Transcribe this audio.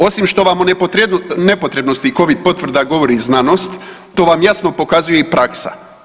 Osim što vam o nepotrebnosti Covid potvrda govori znanost to vam jasno pokazuje i praksa.